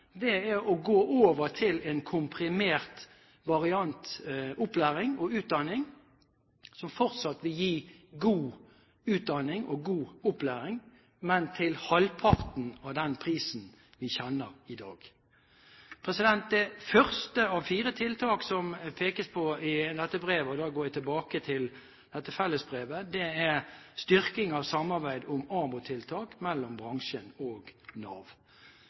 er å gå over til en komprimert variant av opplæring og utdanning, som fortsatt vil gi god utdanning og god opplæring, men til halvparten av den prisen vi kjenner i dag. Det første av fire tiltak som det pekes på i dette brevet – da går jeg tilbake til dette fellesbrevet – er styrking av samarbeid om AMO-tiltak mellom bransjene og Nav.